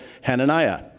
Hananiah